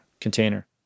container